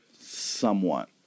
Somewhat